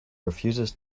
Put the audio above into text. refuses